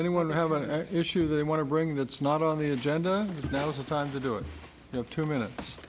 anyone have an issue they want to bring that's not on the agenda now's the time to do it you know two minutes